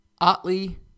Otley